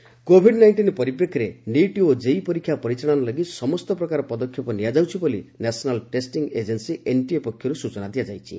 neat exam COVID nineteen ପରିପ୍ରେକ୍ଷୀରେ NEET ଓ JEE ପରୀକ୍ଷା ପରିଚାଳନା ଲାଗି ସମସ୍ତ ପ୍ରକାର ପଦକ୍ଷେପ ନିଆଯାଉଛି ବୋଲି ନ୍ୟାସନାଲ୍ ଟେଷ୍ଟିଂ ଏଜେନ୍ସି ଏନ୍ଟିଏ ପକ୍ଷରୁ ସୂଚନା ଦିଆଯାଇଛି